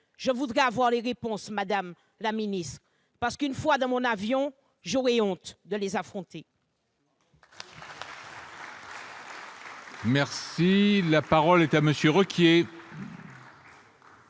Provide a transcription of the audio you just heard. Je voudrais des réponses, madame la ministre, parce que, une fois dans mon avion, j'aurai honte à l'idée de les affronter.